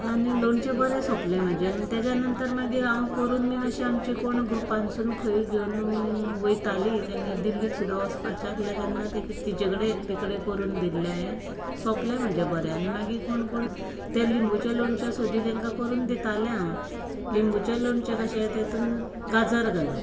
आनी लोणचें बरें सोंपलें म्हजें आनी तेच्या नंतर मागीर हांव करून बी अशें आमचीं कोण ग्रुपानसून खंय घेवन वयतालीं दिल्लीक सुद्दां वचपाचें आसलें तेन्ना तिचे कडेन एकटे कडेन करून दिल्लें हांवें सोंपलें म्हजें बरें आनी मागीर कोण कोण तें लिंबूचें लोणचें सोदी तेंका करून दितालें हांव लिंबूचें लोणचें कशें तितूंत गाजर घालप